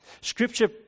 Scripture